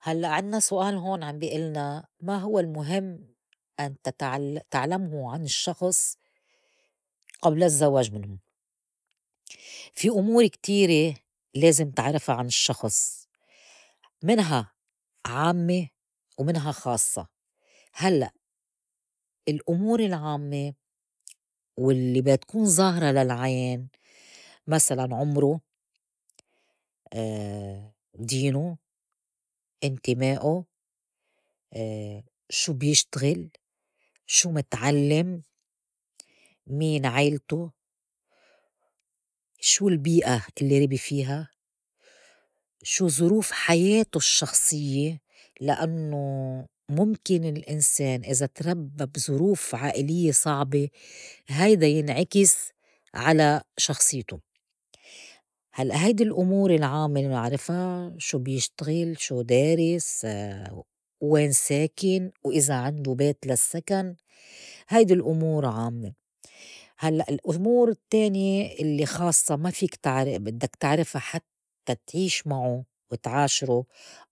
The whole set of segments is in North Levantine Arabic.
هلّأ عنّا سؤال هون عم بي إلنا، ما هو المُهم أن تتعل- تعلمه عن الشّخص قبل الزواج منّو؟ فيه أمور كتيرة لازم تعرفا عن الشّخص منها عامّة ومنها خاصّة. هلّأ الأمور العامّة واللّي بتكون ظاهرة للعيان مسلاً عمرو، دينو، إنتمائو، شو بيشتغل، شو متعلّم، مين عيلتو، شو البيئة اللّي ربي فيها، شو ظروف حياتو الشّخصيّة، لأنّو مُمكن الإنسان إذا تربّى بظروف عائليّة صعبة هيدا ينعكس على شخصيتو. هلّأ هيدي الأمور العامّة اللّي نعرفا شو بيشتغل، شو دارس، وين ساكن، وإذا عندو بيت للسّكن، هيدي الأمور عامّة. هلّئ الأمور التّانية اللّي خاصّة ما فيك تعرفا بدّك تعرفا حتى تعيش معو وتعاشرو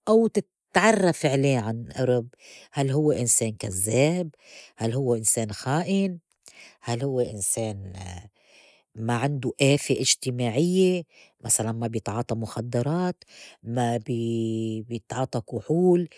أو تتعرّف عليه عن أرُب، هل هو إنسان كزّاب؟ هل هوّ إنسان خائن؟ هل هوّ إنسان ما عندو آفّة إجتماعيّة مسلاً؟ ما بيتعاطى مخدّرات، ما بي- بيتعاطى كحول.